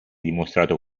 dimostrato